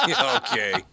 Okay